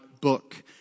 book